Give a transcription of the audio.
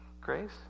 grace